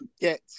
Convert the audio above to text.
get